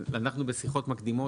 אז אנחנו בשיחות מקדימות,